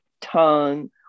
tongue